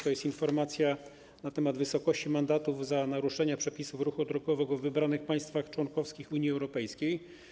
To jest informacja na temat wysokości mandatów za naruszenia przepisów ruchu drogowego w wybranych państwach członkowskich Unii Europejskiej.